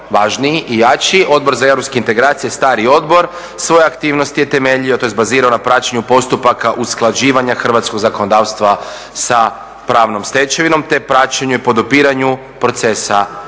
važniji i jači Odbor za europske integracije, stari odbor, svoje aktivnosti je temeljio tj. bazirao na praćenju postupaka usklađivanja hrvatskog zakonodavstva sa pravnom stečevinom te praćenju i podupiranju procesa